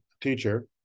teacher